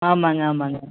ஆமாங்க ஆமாங்க